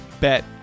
bet